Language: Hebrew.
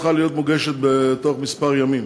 שצריכה להיות מוגשת בתוך כמה ימים,